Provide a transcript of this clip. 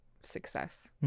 success